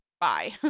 Bye